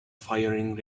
firing